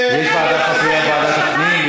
יש ועדה חסויה בוועדת הפנים.